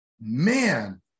Man